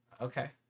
Okay